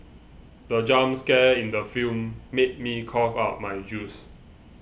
the jump scare in the film made me cough out my juice